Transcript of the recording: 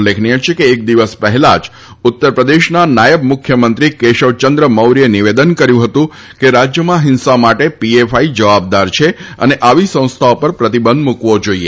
ઉલ્લેખનીય છે કે એક દિવસ પહેલાં જ ઉત્તરપ્રદેશના નાયબ મુખ્યમંત્રી કેશવચંદ્ર મૌર્યે નિવેદન કર્યું હતું કે રાજ્યમાં હિંસા માટે પીએફઆઈ જવાબદાર છે અને આવી સંસ્થાઓ ઉપર પ્રતિબંધ મૂકાવો જોઈએ